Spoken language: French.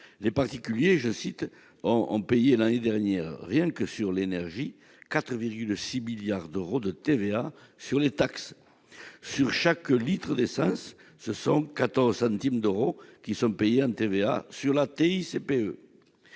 Les particuliers ont payé l'année dernière, rien que sur l'énergie, 4,6 milliards d'euros de TVA sur les taxes. Sur chaque litre d'essence, ce sont ainsi 14 centimes d'euros qui sont payés en TVA sur la TICPE.